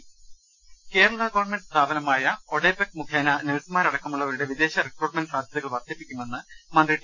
്്്്്്് Kerala government സ്ഥാപനമായ ഒഡെപെക് മുഖേന നഴ്സു മാരടക്കമുള്ളവരുടെ വിദേശ റിക്രൂട്ട്മെന്റ് സാധ്യതകൾ വർദ്ധിപ്പിക്കുമെന്ന് മന്ത്രി ടി